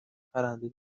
پرنده